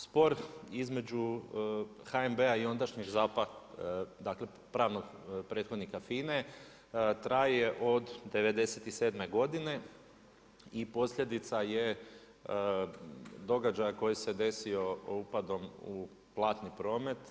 Spor između HNB-a i ondašnjeg ZAP-a, dakle, pravnog prethodnika FINA-e traje od '97. godine, i posljedica je događaja koji se desio upadom u platni promet.